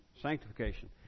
sanctification